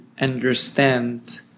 understand